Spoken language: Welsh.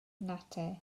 natur